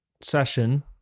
session